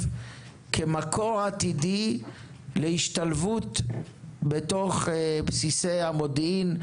כמקור עתידי להשתלבות בתוך בסיסי המודיעין,